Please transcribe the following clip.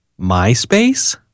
MySpace